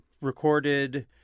recorded